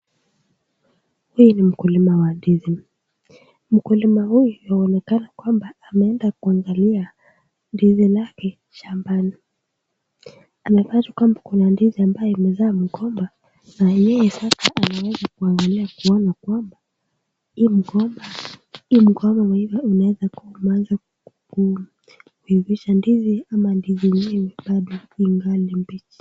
Hii ni mkulima wa ndizi. Mkulima huyu anaonekana kwamba ameenda kuangalia ndizi lake shambani, Anapata kwamba kuna ndizi ambayo imezaa mgomba na yeye sasa anaweza kuangalia kwamba hii mgomba imeweza kuivisha ndizi au ndizi yenyewe bado ingali mbichi.